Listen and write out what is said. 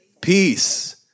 Peace